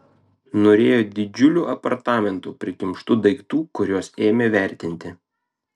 norėjo didžiulių apartamentų prikimštų daiktų kuriuos ėmė vertinti